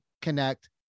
connect